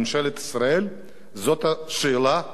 זאת השאלה שאני שואל את עצמי.